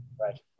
Right